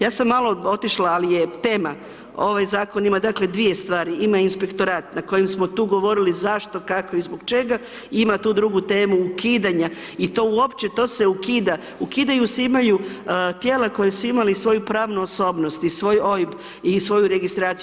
Ja sam malo otišla, ali je tema, ovaj Zakon ima, dakle, dvije stvari, ima Inspektorat na kojem smo tu govorili zašto, kako i zbog čega i ima tu drugu temu ukidanja i to uopće, to se ukida, ukidaju se, imaju tijela koja su imali svoju pravnu osobnost i svoj OIB i svoju registraciju.